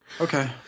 Okay